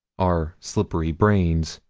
our slippery brains.